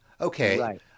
okay